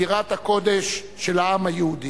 בירת הקודש של העם היהודי: